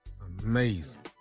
amazing